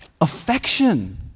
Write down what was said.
affection